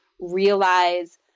realize